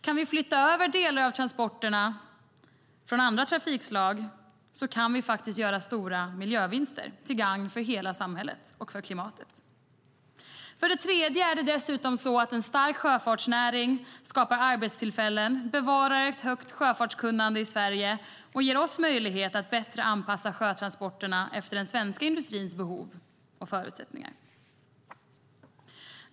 Kan vi flytta över delar av transporterna från andra trafikslag kan vi faktiskt göra stora miljövinster, till gagn för hela samhället och för klimatet. För det tredje skapar dessutom en stark sjöfartsnäring arbetstillfällen, bevarar ett högt sjöfartskunnande i Sverige och ger oss möjlighet att bättre anpassa sjötransporterna efter den svenska industrins behov och förutsättningar.